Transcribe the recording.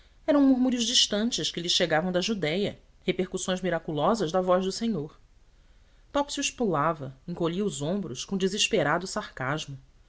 eram murmúrios distantes que lhe chegavam da judéia repercussões miraculosas da voz do senhor topsius pulava encolhia os ombros com desesperado sarcasmo